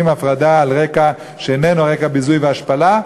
הפרדה על רקע שאיננו ביזוי והשפלה,